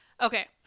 okay